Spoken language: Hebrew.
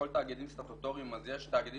כל תאגידים סטטוטוריים אז יש תאגידים